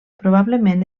probablement